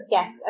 Yes